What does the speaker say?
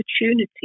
opportunity